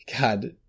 God